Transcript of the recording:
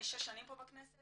אני שש שנים פה בכנסת,